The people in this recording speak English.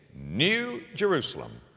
new jerusalem,